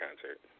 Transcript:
concert